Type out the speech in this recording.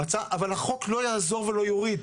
אבל החוק לא יעזור ולא יוריד.